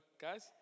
guys